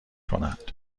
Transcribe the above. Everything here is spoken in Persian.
کنند